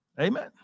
Amen